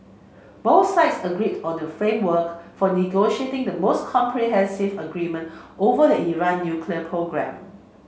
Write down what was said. both sides agreed on the framework for negotiating the most comprehensive agreement over the Iran nuclear programme